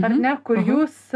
ar ne jūs